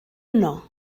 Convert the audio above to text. yno